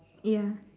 ya